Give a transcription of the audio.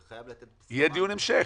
וחייב לתת --- יהיה דיון המשך.